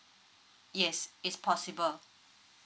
yes it's possible